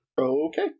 Okay